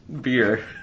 beer